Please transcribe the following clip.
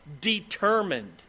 determined